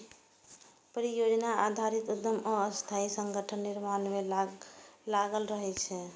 परियोजना आधारित उद्यम अस्थायी संगठनक निर्माण मे लागल रहै छै